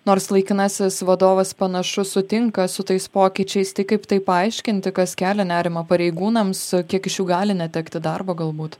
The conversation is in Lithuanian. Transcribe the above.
nors laikinasis vadovas panašu sutinka su tais pokyčiais tai kaip tai paaiškinti kas kelia nerimą pareigūnams kiek iš jų gali netekti darbo galbūt